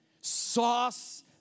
sauce